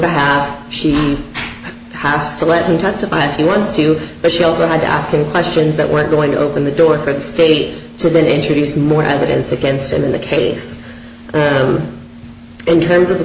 behalf she has to let him testify if he wants to the shells i had to ask him questions that weren't going to open the door for the state to been introduced more evidence against him in the case in terms of the